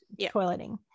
toileting